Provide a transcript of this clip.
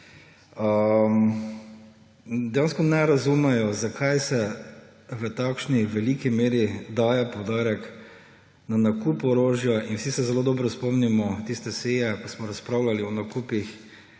dejansko ne razumejo, zakaj se v takšni veliki meri daje poudarek na nakup orožja. Vsi se zelo dobro spomnimo tiste seje, ko smo razpravljali o nakupih